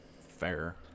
Fair